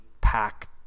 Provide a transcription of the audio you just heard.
pack